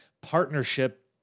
partnership